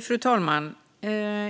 Fru talman!